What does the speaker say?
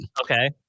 okay